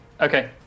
Okay